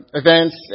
events